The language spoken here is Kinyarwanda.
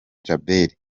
djabel